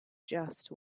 just